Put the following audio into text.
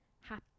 happy